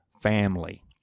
family